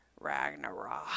Ragnarok